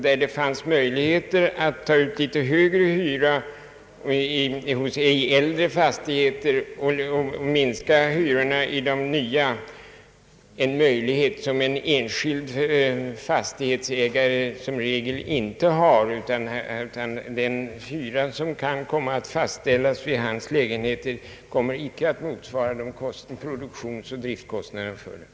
Det finns därför möjlighet att ta ut litet högre hyra i äldre fastigheter och minska hyrorna i de nya, en möjlighet som den enskilde fastighetsägaren som regel inte har. Den hyra som, byggande på jämförelse med hyrorna inom de allmännyttiga företagen, kan komma att fastställas för hans lägenheter kommer inte att motsvara produktionsoch driftkostnaderna för dem.